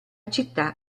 città